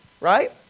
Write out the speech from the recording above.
right